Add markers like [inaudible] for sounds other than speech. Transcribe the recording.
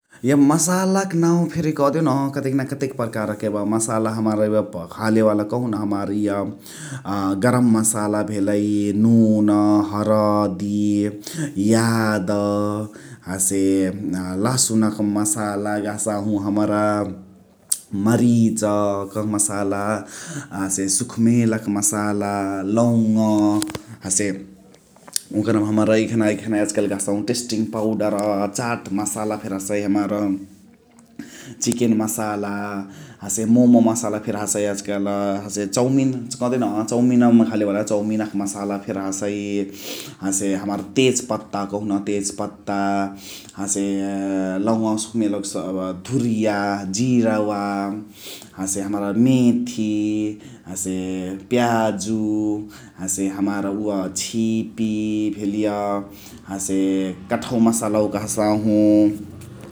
एबे मसाला क नाउ फेरी कदेउन कतेन क कतेक परकारक एब मसाला हमार एब घाले वाला कदेहुन हमार इअ गरम मसाला भेलइ, नुन्, हरदि, याद्, हसे लहसुनक मसाला गहसाहु हमरा । मरिच क मसाला, हसे सुखमेलक मसाला लौङ। [noise] हसे ओकरमा हमरा एखन एखना याज कालु गहसाहु टेस्टिङ पउडर्, चात मसाला फेरी हसइ हमार । चिकेन मसाला, हसे मम मसाला फेरी हसइ याज काल्, हसे चौमिन कदेउन चौमिन घाले वाला चौमिनक मसाला फेरी हसइ । हसे हमार तेज पत्ता कहुन तेज पत्त हसे लौङावा सुखमेलवक धुरिया, जिरवा, हसे हमरा मेथी । हसे प्याजु हसे हमार उअ छिपी भेलिय हसे कठवा मसलवा कहसाहु ।